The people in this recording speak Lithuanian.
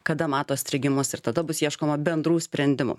kada mato strigimus ir tada bus ieškoma bendrų sprendimų